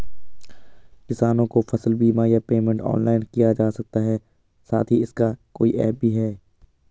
किसानों को फसल बीमा या पेमेंट ऑनलाइन किया जा सकता है साथ ही इसका कोई ऐप भी है?